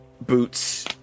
boots